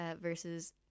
Versus